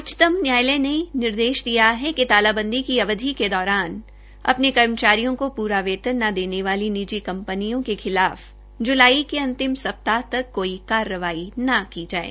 उच्चतम न्यायालय ने निर्देश दिया है कि तालाबंदी की अवधि के दौरान अपने कर्मचारियों का पूरा वेतन न देने वाली निजी कंपनियों के खिलाफ जुलाई के अंतिम सप्ताह तक कोई कार्रवाई न की जाये